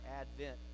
Advent